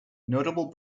notable